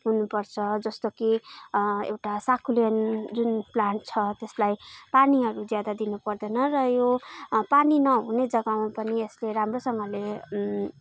हुनु पर्छ जस्तो कि एउटा सकुलेन्ट जुन प्लान्ट छ त्यसलाई पानीहरू ज्यादा दिनु पर्दैन र यो पानी नहुने जगामा पनि यसले राम्रोसँगले